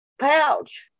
pouch